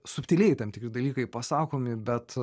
subtiliai tam tikri dalykai pasakomi bet